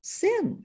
sin